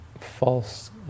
false